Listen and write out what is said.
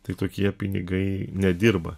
tai tokie pinigai nedirba